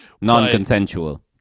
non-consensual